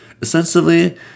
Essentially